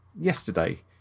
yesterday